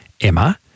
Emma